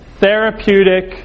therapeutic